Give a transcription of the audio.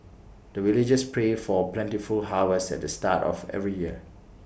the villagers pray for plentiful harvest at the start of every year